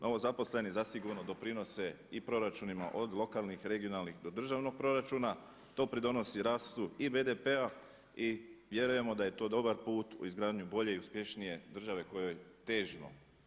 Novozaposleni zasigurno doprinose i proračunima od lokalnih, regionalnih do državnog proračuna, to pridonosi rastu i BDP-a i vjerujemo da je to dobar put u izgradnju bolje i uspješnije države kojoj težimo.